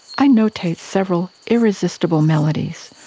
i notate several irresistible melodies,